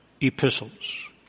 epistles